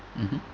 mmhmm